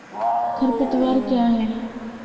खरपतवार क्या है?